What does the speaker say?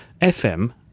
FM